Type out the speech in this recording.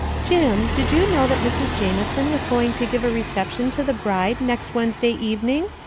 jim, did you know that mrs. jamison was going to give a reception to the bride next wednesday evening?